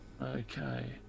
Okay